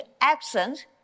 absent